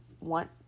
want